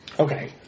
Okay